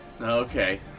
Okay